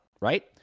right